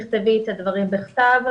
תכתבי את הדברים בכתב,